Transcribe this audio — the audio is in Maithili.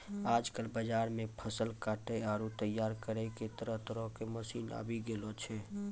आजकल बाजार मॅ फसल काटै आरो तैयार करै के तरह तरह के मशीन आबी गेलो छै